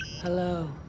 Hello